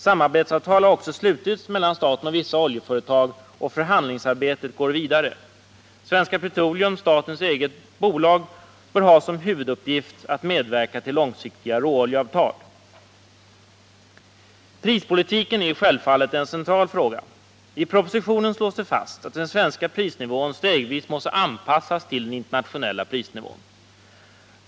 Samarbetsavtal har också slutits mellan staten och vissa oljeföretag, och förhandlingsarbetet går vidare. Svenska Petroleum, statens eget bolag, bör ha som huvuduppgift att medverka till långsiktiga råoljeavtal. Prispolitiken är självfallet en central fråga. I propositionen slås det fast att den svenska prisnivån stegvis måste anpassas till den internationella prisnivån.